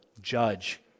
judge